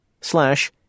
slash